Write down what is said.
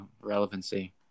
relevancy